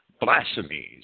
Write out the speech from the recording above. blasphemies